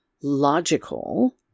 logical